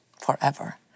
forever